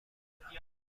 خورم